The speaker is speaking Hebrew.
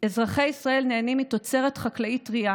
אזרחי ישראל נהנים מתוצרת חקלאית טרייה